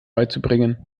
beizubringen